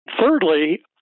Thirdly